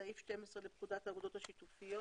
סעיף 12 לפקודת האגודות השיתופיות.